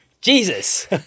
Jesus